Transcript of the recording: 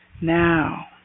Now